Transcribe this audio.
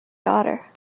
daughter